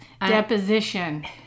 Deposition